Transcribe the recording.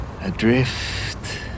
adrift